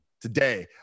today